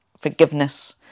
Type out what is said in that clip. forgiveness